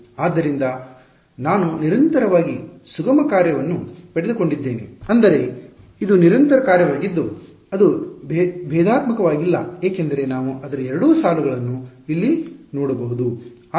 ಆದ್ದರಿಂದ ನಾನು ನಿರಂತರವಾಗಿ ಸುಗಮ ಕಾರ್ಯವನ್ನು ಪಡೆದುಕೊಂಡಿದ್ದೇನೆ ಅಂದರೆ ಇದು ನಿರಂತರ ಕಾರ್ಯವಾಗಿದ್ದು ಅದು ಭೇದಾತ್ಮಕವಾಗಿಲ್ಲ ಏಕೆಂದರೆ ನಾವು ಅದರ 2 ಸಾಲುಗಳ ನ್ನು ಇಲ್ಲಿ ನೋಡಬಹುದು